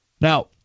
Now